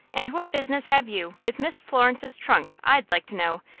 and what business have you with miss florence's trunk, i'd like to know?